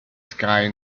sky